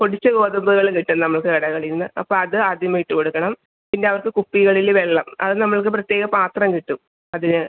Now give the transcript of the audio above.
പൊടിച്ച ഗോതമ്പുകൾ കിട്ടും നമുക്ക് കടകളീന്ന് അപ്പോൾ അത് ആദ്യമേ ഇട്ട് കൊടുക്കണം പിന്നെ അവർക്ക് കുപ്പികളിൽ വെള്ളം അത് നമ്മൾക്ക് പ്രത്യേക പാത്രം കിട്ടും അതിന്